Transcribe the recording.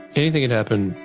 anything could happen,